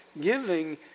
Giving